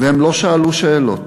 והם לא שאלו שאלות